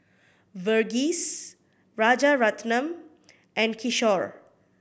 Verghese Rajaratnam and Kishore